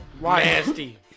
nasty